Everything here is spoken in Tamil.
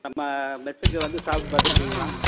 நம்ப மெஸ்ஸுக்கு வந்து சாப்பிட்டு பார்த்துருக்கிங்களா